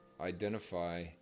identify